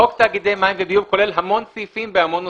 חוק תאגידי מים וביוב כולל המון סעיפים והמון נושאים.